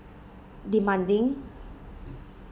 demanding